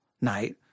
night